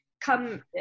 come